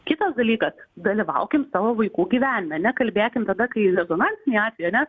kitas dalykas dalyvaukim savo vaikų gyvenime nekalbėkim tada kai rezonansiniai atvejai ar ne